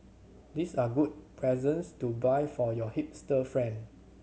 these are good presents to buy for your hipster friend